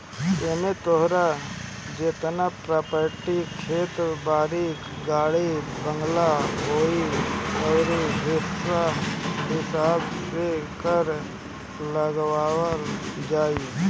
एमे तोहार जेतना प्रापर्टी खेत बारी, गाड़ी बंगला होई उ हिसाब से कर लगावल जाई